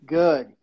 good